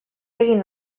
egin